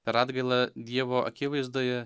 per atgailą dievo akivaizdoje